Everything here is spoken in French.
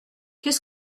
qu’est